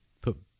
put